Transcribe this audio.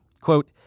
Quote